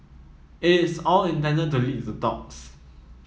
it is all intended to lead to talks